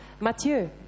Mathieu